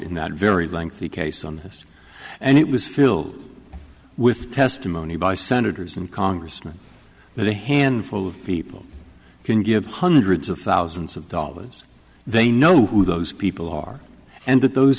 that very lengthy case on this and it was filled with testimony by senators and congressmen that a handful of people can give hundreds of thousands of dollars they know who those people are and that those